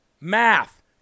math